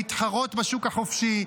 להתחרות בשוק החופשי,